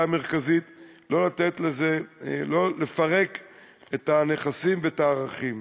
המרכזית שלנו לתת לזה לפרק את הנכסים ואת הערכים.